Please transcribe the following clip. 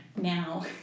now